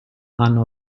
hanno